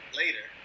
later